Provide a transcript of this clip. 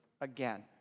again